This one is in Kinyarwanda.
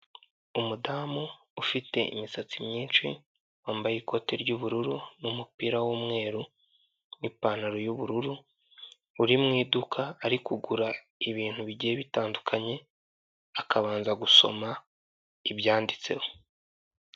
Umudamu ufite imisatsi myinshi wambaye ikote ry'ubururu n'umupira w'umweru, n'ipantaro y'ubururu, uri mu iduka ari kugura ibintu bigiye bitandukanye, akabanza gusoma ibyanditseho.